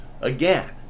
again